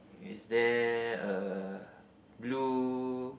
is there a blue